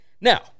Now